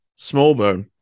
Smallbone